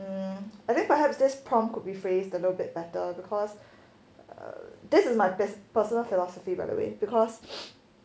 um I think perhaps this prompt could be phrased a little bit better because this is my best personal philosophy by the way because